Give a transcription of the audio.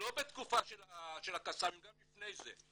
לא בתקופה של הקסאמים, גם לפני זה.